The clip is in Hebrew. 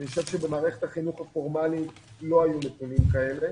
אני חושב שבמערכת החינוך הפורמלית לא היו נתונים כאלה.